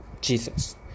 jesus